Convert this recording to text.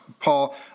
Paul